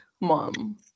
mom